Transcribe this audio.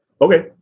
Okay